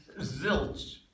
Zilch